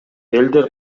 элдер